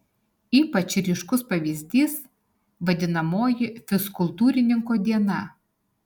ypač ryškus pavyzdys vadinamoji fizkultūrininko diena